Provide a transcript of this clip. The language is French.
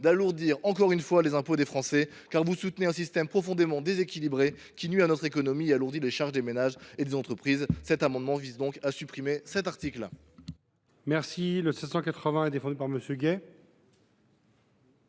d’alourdir encore une fois les impôts des Français. Vous soutenez un système profondément déséquilibré, qui nuit à notre économie et alourdit les charges des ménages et des entreprises. Il convient donc de supprimer cet article.